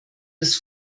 des